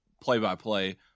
play-by-play